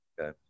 Okay